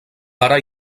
para